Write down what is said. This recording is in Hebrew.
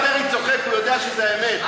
הכול, הנה, השר דרעי צוחק, הוא יודע שזו האמת.